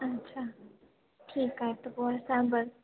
ठीकु आहे त पोइ असां बसि